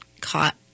caught